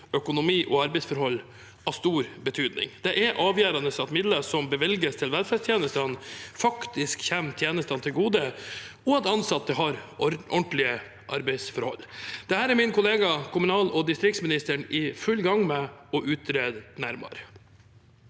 økonomi og arbeidsforhold av stor betydning. Det er avgjørende at midler som bevilges til velferdstjenestene, faktisk kommer tjenestene til gode, og at ansatte har ordentlige arbeidsforhold. Dette er min kollega, kommunal- og distriktsministeren, i full gang med å utrede nærmere.